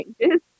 changes